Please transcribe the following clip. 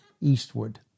eastward